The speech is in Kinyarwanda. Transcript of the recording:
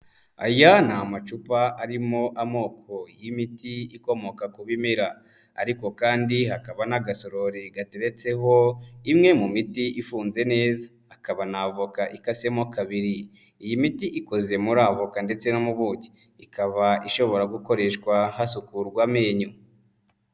Aya ni amacupa arimo amoko y'imiti ikomoka ku bimera ariko kandi hakaba n'agasorori gateretseho imwe mu miti ifunze neza. Hakaba na avoka ikasemo kabiri, iyi miti ikoze muri avoka ndetse n'ubuki, ikaba ishobora gukoreshwa hasukurwa amenyo.